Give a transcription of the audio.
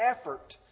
effort